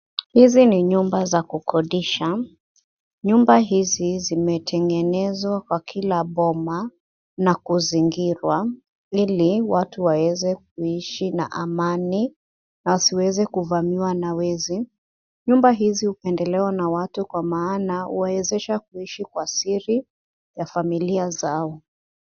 Hizi ni nyumba za kukodisha. Nyumba hizi zimetengenezwa kwa kila boma na kuzingirwa ili watu waweze kuishi na amani na wasiweze kuvamiwa na wezi. Nyumba hizi hupendelewa na watu kwa maana huwawezesha kuishi kwa siri na familia zao.